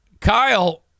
Kyle